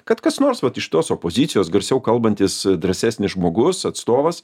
kad kas nors vat iš tos opozicijos garsiau kalbantis drąsesnis žmogus atstovas